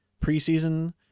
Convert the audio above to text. preseason